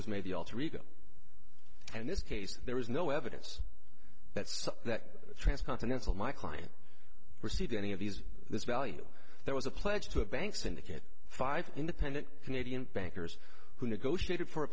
the alter ego and this case there is no evidence that that trance continental my client received any of these this value there was a pledge to a bank syndicate five independent canadian bankers who negotiated for a